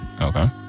Okay